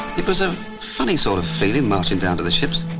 it was a funny sort of feeling marching down to the ships.